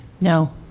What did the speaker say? No